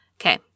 Okay